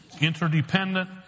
interdependent